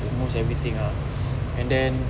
almost everything ah and then